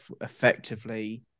effectively